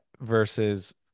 versus